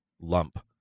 lump